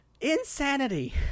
Insanity